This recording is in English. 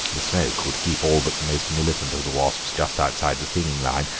the smoke would keep all but the most militant of the wasps just outside the stinging line,